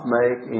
make